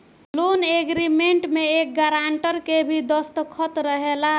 loan agreement में एक grantor के भी दस्तख़त रहेला